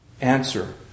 answer